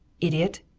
idiot!